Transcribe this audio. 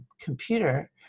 computer